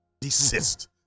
Desist